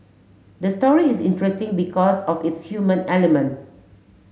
the story is interesting because of its human element